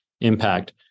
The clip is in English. impact